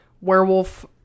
werewolf